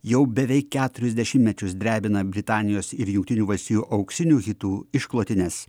jau beveik keturis dešimtmečius drebina britanijos ir jungtinių valstijų auksinių hitų išklotines